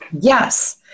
Yes